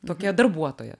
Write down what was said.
tokia darbuotoja